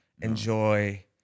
enjoy